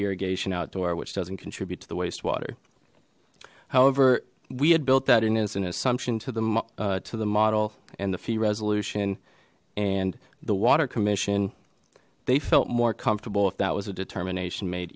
irrigation outdoor which doesn't contribute to the waste water however we had built that in as an assumption to the to the model and the fee resolution and the water commission they felt more comfortable if that was a determination made